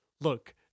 look